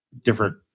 different